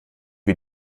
wie